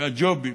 והג'ובים,